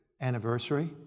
anniversary